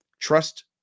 Trust